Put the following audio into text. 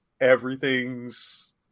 Everything's